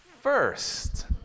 first